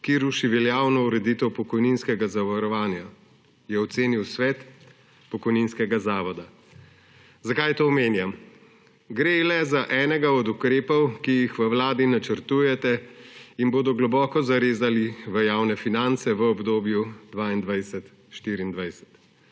ki ruši veljavno ureditev pokojninskega zavarovanja, je ocenil Svet pokojninskega zavoda. Zakaj to omenjam? Gre za le enega od ukrepov, ki jih v Vladi načrtujete in bodo globoko zarezali v javne finance v obdobju 2022–2024.